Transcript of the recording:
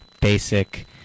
basic